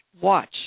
Watch